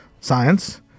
science